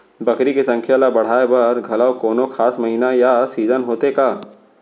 बकरी के संख्या ला बढ़ाए बर घलव कोनो खास महीना या सीजन होथे का?